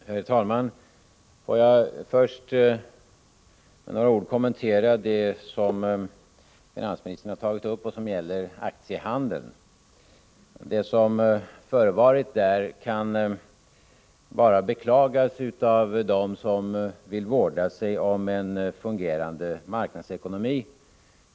Herr talman! Får jag först med några ord kommentera det som finansministern tagit upp och som gäller aktiehandeln. Det som förevarit på börsen kan beklagas endast av dem som vill vårda sig om en fungerande marknadsekonomi.